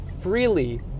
freely